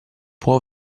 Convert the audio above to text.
può